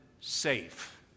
safe